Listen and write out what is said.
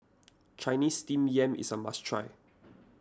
Chinese Steamed Yam is a must try